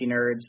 Nerds